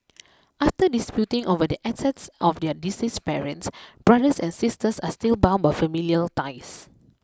after disputing over the assets of their deceased parents brothers and sisters are still bound by familial ties